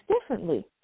differently